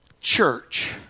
church